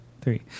three